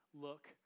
Look